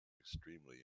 extremely